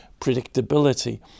predictability